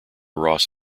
ross